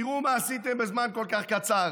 תראו מה עשיתם בזמן כל כך קצר,